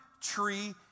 tree